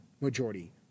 majority